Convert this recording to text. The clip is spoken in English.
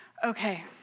okay